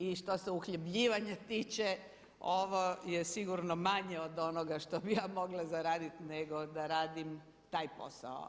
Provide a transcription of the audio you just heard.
I što se uhljebljivanja tiče ovo je sigurno manje od onoga što bih ja mogla zaraditi nego da radim taj posao.